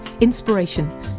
inspiration